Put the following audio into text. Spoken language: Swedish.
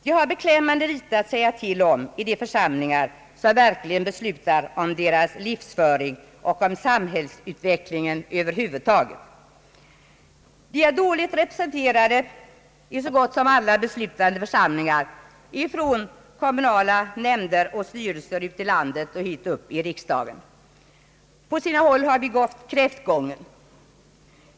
De har beklämmande li tet att säga till om i de församlingar som verkligen beslutar om deras livsföring och om samhällsutvecklingen över huvud taget. De är dåligt representerade i så gott som alla beslutande församlingar, från kommunala nämnder och styrelser ute i landet och hit upp i riksdagen. På sina håll har de gått kräftgång.